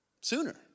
sooner